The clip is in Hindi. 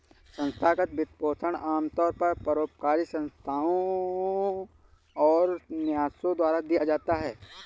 संस्थागत वित्तपोषण आमतौर पर परोपकारी संस्थाओ और न्यासों द्वारा दिया जाता है